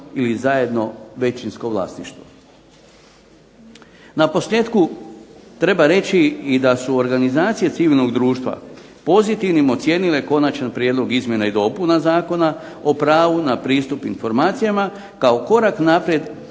ili zajedno većinsko vlasništvo. Naposljetku treba reći i da su organizacije civilnog društva pozitivnim ocijenile Konačan prijedlog izmjena i dopuna Zakona o pravu na pristup informacijama kao korak naprijed